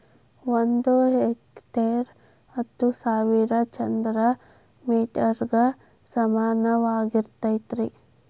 ಒಂದ ಹೆಕ್ಟೇರ್ ಹತ್ತು ಸಾವಿರ ಚದರ ಮೇಟರ್ ಗ ಸಮಾನವಾಗಿರತೈತ್ರಿ